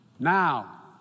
Now